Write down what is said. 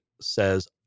says